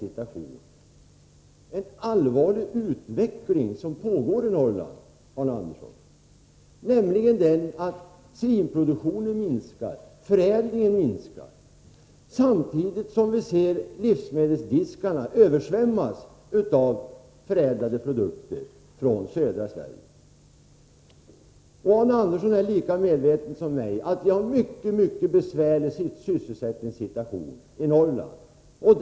Det är en allvarlig utveckling som pågår i Norrland, Arne Andersson, nämligen den att svinproduktionen minskar och förädlingen minskar samtidigt som vi ser livsmedelsdiskarna översvämmas av förädlade produkter från södra Sverige. Arne Andersson är lika medveten som jag om att det är en mycket allvarlig sysselsättningssituation i Norrland.